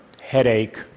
headache